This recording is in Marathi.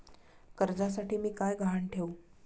कर्जासाठी मी काय गहाण ठेवू?